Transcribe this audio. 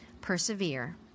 persevere